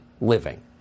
living